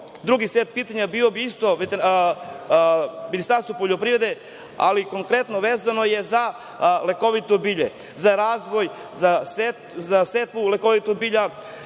set pitanja bio bi isto Ministarstvu poljoprivrede, ali konkretno vezano je za lekovito bilje, za razvoj, za setvu lekovitog bilja,